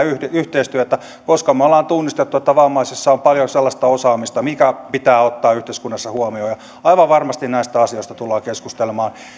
yhteistyötä koska me olemme tunnistaneet että vammaisilla on paljon sellaista osaamista mikä pitää ottaa yhteiskunnassa huomioon ja aivan varmasti näistä asioista tullaan keskustelemaan